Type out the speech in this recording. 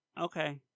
okay